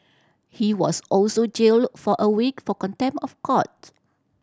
he was also jailed for a week for contempt of court